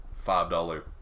five-dollar